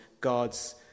God's